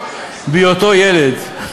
בהיותו ילד,